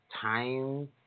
time